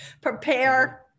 prepare